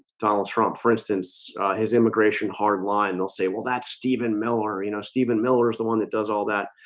donald trump for instance his immigration hardline. they'll say well that's stephen miller you know stephen miller is the one that does all that.